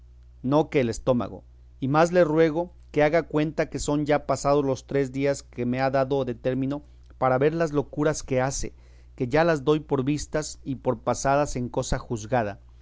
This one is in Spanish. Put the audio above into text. no que el estómago y más le ruego que haga cuenta que son ya pasados los tres días que me ha dado de término para ver las locuras que hace que ya las doy por vistas y por pasadas en cosa juzgada